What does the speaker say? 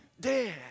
dead